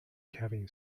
cabin